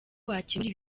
wakemura